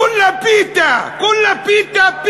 כוּלה פיתה, כוּלה פיתה.